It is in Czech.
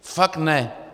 Fakt ne!